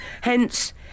Hence